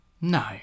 No